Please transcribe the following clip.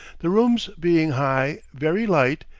the rooms being high, very light,